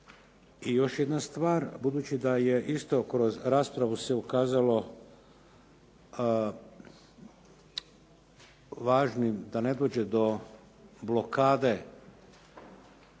I još jedna stvar, budući da je isto kroz raspravu se ukazalo važnim da ne dođe do blokade lokalne